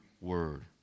word